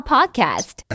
Podcast